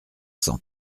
cent